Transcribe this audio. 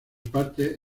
parte